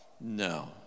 No